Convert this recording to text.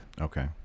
Okay